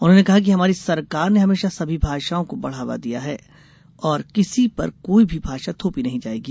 उन्होंने कहा है कि हमारी सरकार ने हमेशा सभी भाषाओं को बढावा दिया है और किसी पर कोई भी भाषा थोपी नहीं जाएगी